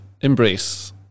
embrace